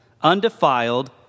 undefiled